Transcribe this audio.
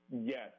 yes